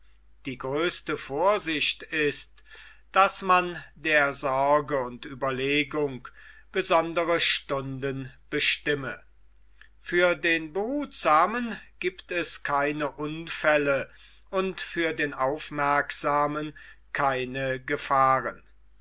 die größte vorsicht ist daß man der sorge und ueberlegung besondre stunden bestimme für den behutsamen giebt es keine unfälle und für den aufmerksamen keine gefahren